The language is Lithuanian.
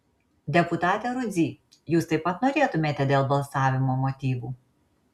deputate rudzy jūs taip pat norėtumėte dėl balsavimo motyvų